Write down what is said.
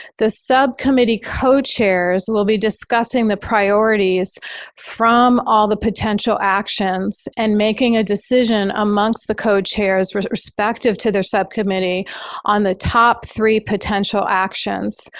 the subcommittee co-chairs will be discussing the priorities from all the potential actions and making a decision amongst the co-chairs respective to their subcommittee on the top three potential actions.